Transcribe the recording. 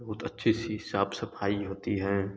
बहुत अच्छी सी साफ सफाई होती हैं